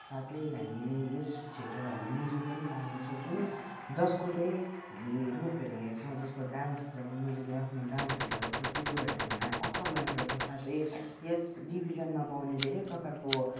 साथै हामी यस क्षेत्रमा हामी मुजुर पनि पाउँदछौँ जुन जसको चाहिँ हामी रूपहरू हेर्छौँ जसको डान्स जब मुजुरले आफ्नो डान्सहरू गर्दछ त्यो कुरोहरू हामीलाई असल लाग्दछ साथै यस डिभिजनमा पाउने धेरै प्रकारको